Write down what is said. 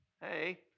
hey